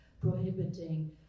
prohibiting